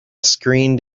screened